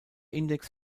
index